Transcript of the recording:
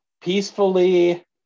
Peacefully